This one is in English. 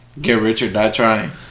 Get-rich-or-die-trying